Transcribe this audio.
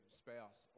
spouse